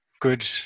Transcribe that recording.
good